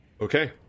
Okay